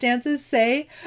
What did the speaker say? say